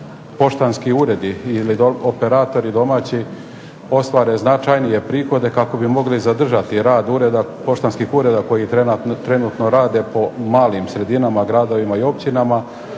poštanski uredi ili operatori domaći ostvare značajnije prihode kako bi mogli zadržati rad ureda, poštanskih ureda koji trenutno rade po malim sredinama, gradovima i općinama.